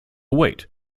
weight